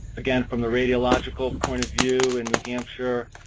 again, from the radiological point of view in new hampshire,